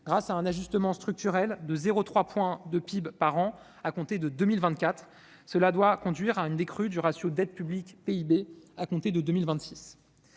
grâce à un ajustement structurel de 0,3 point de PIB par an à compter de 2024. Cela doit conduire à une décrue du ratio dette publique/PIB à compter de 2026.